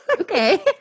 Okay